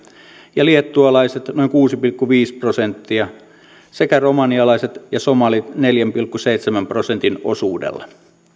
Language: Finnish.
ja liettualaiset noin kuusi pilkku viisi prosenttia sekä romanialaiset ja somalit neljän pilkku seitsemän prosentin osuudella